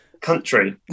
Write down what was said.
Country